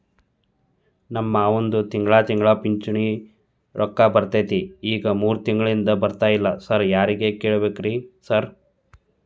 ನಮ್ ಮಾವಂದು ತಿಂಗಳಾ ತಿಂಗಳಾ ಪಿಂಚಿಣಿ ರೊಕ್ಕ ಬರ್ತಿತ್ರಿ ಈಗ ಮೂರ್ ತಿಂಗ್ಳನಿಂದ ಬರ್ತಾ ಇಲ್ಲ ಸಾರ್ ಯಾರಿಗ್ ಕೇಳ್ಬೇಕ್ರಿ ಸಾರ್?